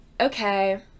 okay